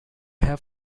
have